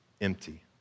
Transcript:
empty